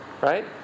right